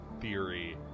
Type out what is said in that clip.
theory